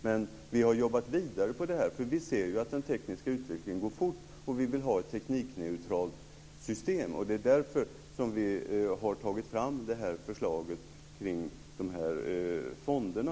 Men vi har jobbat vidare på detta, för vi ser att den tekniska utvecklingen går fort och vi vill ha ett teknikneutralt system. Det är därför vi har tagit fram förslaget om fonderna.